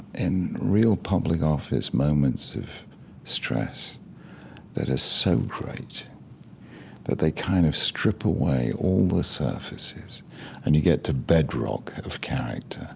in real public office, moments of stress that are so great that they kind of strip away all the surfaces and you get to bedrock of character.